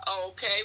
okay